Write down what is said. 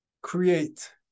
create